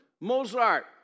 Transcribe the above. Mozart